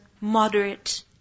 moderate